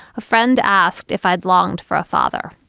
a friend asked if i'd longed for a father.